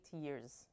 years